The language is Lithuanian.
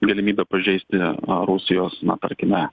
galimybę pažeisti a rusijos na tarkime